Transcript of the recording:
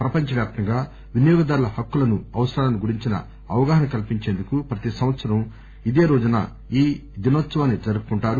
ప్రపంచ వ్యాప్తంగా వినియోగదారుల హక్కులను అవసరాలను గురించిన అవగాహన కల్సించేందుకు ప్రతి సంవత్సరం ఇదే రోజున ఈ దినోత్సవాన్ని జరుపుకుంటారు